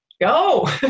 Go